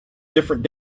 different